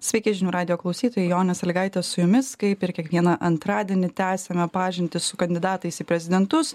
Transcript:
sveiki žinių radijo klausytojai jonė salygaitė su jumis kaip ir kiekvieną antradienį tęsiame pažintį su kandidatais į prezidentus